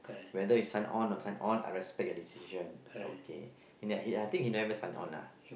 whether you sign on not sign on I respect your decision ya okay in the head I think he never sign on lah